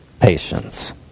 patience